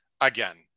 Again